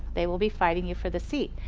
they will be fighting you for the seat.